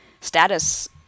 status